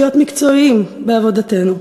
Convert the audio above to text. להיות מקצועיים בעבודתנו.